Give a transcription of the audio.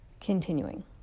Continuing